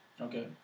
Okay